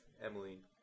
Emily